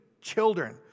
children